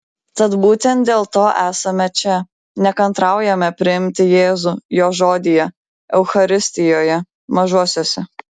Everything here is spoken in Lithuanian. tad būtent dėl to esame čia nekantraujame priimti jėzų jo žodyje eucharistijoje mažuosiuose